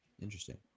Interesting